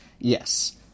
Yes